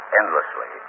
endlessly